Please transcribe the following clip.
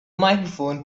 microphone